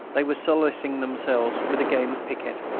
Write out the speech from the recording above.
they were solacing themselves with a game of piquet.